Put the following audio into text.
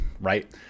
right